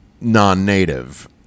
non-native